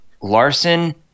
Larson